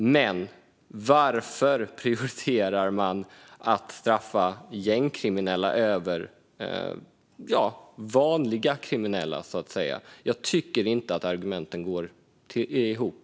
Men varför prioritera att straffa gängkriminella över vanliga kriminella? Jag tycker tyvärr inte att argumenten går ihop.